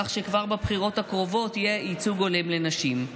כך שכבר בבחירות הקרובות יהיה ייצוג הולם לנשים.